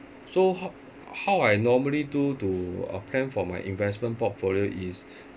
so ho~ how I normally do to uh plan for my investment portfolio is